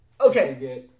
Okay